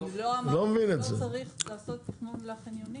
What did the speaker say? אני לא אמרתי שלא צריך לעשות תכנון לחניונים.